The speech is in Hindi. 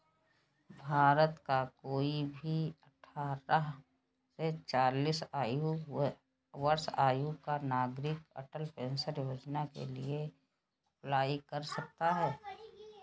भारत का कोई भी अठारह से चालीस वर्ष आयु का नागरिक अटल पेंशन योजना के लिए अप्लाई कर सकता है